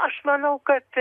aš manau kad